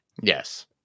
yes